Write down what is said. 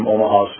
Omaha